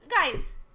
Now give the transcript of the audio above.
Guys